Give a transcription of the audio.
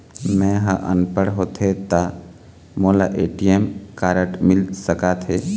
मैं ह अनपढ़ होथे ता मोला ए.टी.एम कारड मिल सका थे?